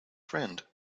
friend